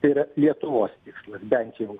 tai yra lietuvos tikslai bent jau